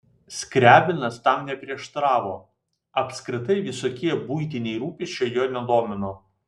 skriabinas tam neprieštaravo apskritai visokie buitiniai rūpesčiai jo nedomino